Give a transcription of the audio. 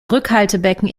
rückhaltebecken